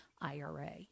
IRA